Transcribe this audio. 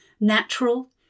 natural